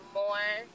more